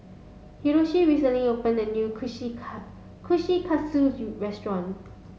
Hiroshi recently opened a new Kushikatsu restaurant